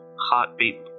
Heartbeat